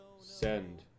send